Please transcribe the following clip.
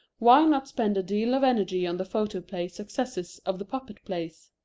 why not spend a deal of energy on the photoplay successors of the puppet-plays?